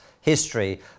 history